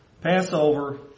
Passover